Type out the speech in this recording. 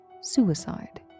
Suicide